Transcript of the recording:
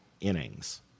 innings